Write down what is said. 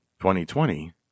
2020